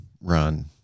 run